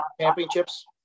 championships